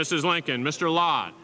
mrs lincoln mr lot